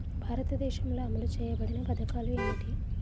భారతదేశంలో అమలు చేయబడిన పథకాలు ఏమిటి?